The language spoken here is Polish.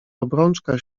obrączka